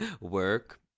Work